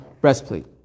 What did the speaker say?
breastplate